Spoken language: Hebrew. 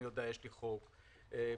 סעיף 7,